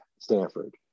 Stanford